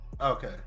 Okay